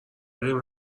داریم